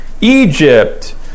Egypt